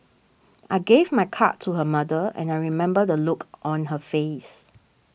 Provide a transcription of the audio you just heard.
I gave my card to her mother and I remember the look on her face